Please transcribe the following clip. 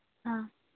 ꯑꯥ